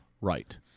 right